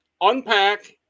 unpack